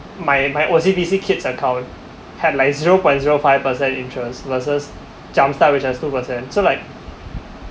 my my O_C_B_C kid's account had like zero point zero five percent interest versus jump start which has two percent so like